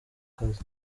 akazi